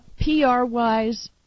PR-wise